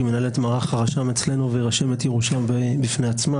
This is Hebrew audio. שמנהלת את מערך הרשם אצלנו ורשמת ירושה בעצמה,